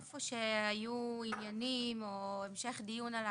איפה שיהיו עניינים או המשך דיון של הדברים,